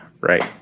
right